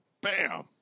Bam